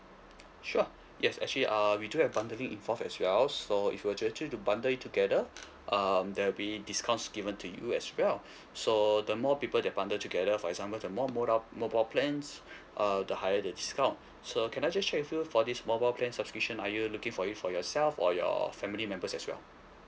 sure yes actually uh we do have bundling involved as well so if you were to actually to bundle it together um there'll be discounts given to you as well so the more people that bundle together for example the more mobile mobile plans uh the higher the discount so can I just check with you for this mobile plan subscription are you looking for it for yourself or your family members as well